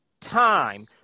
time